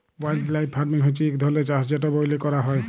wildlife farming হছে ইক ধরলের চাষ যেট ব্যইলে ক্যরা হ্যয়